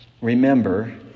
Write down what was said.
remember